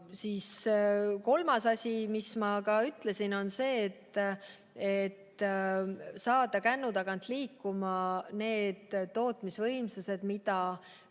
Ja kolmas asi, mida ma ka mainisin, on see, et saada kännu tagant liikuma need tootmisvõimsused, mida